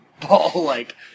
ball-like